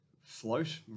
float